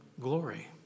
glory